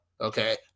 okay